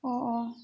অঁ অঁ